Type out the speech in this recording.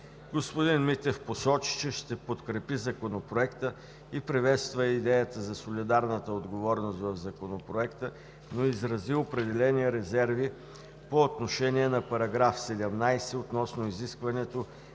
Господин Митев посочи, че ще подкрепи Законопроекта, и приветства идеята за солидарната отговорност в Законопроекта, но изрази определени резерви по отношение на параграф 17 относно изискването